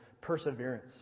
perseverance